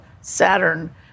Saturn